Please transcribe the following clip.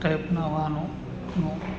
ટાઈપના વાહનો નો